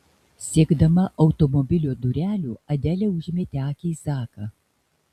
siekdama automobilio durelių adelė užmetė akį į zaką